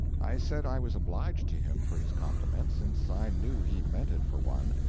i said i was obliged to him for his compliment, since i knew he meant it for one,